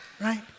Right